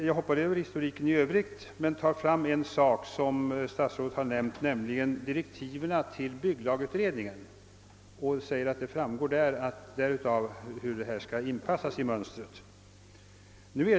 Jag hoppar över historiken i övrigt men vill ta upp en sak som statsrådet nämnde, nämligen direktiven till bygglagutredningen. Statsrådet säker att det av dessa direktiv framgår hur planeringen skall inpassas i mönstret.